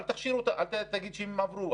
אל תגיד שהם עברו,